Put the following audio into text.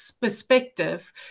perspective